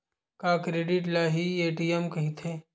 का क्रेडिट ल हि ए.टी.एम कहिथे?